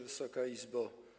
Wysoka Izbo!